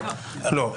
לא.